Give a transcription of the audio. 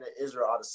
Israel